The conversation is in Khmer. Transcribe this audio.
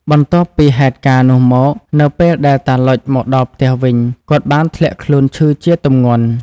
បន្ទាប់ពីហេតុការណ៍នោះមក នៅពេលដែលតាឡុចមកដល់ផ្ទះវិញ គាត់បានធ្លាក់ខ្លួនឈឺជាទម្ងន់។